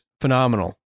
phenomenal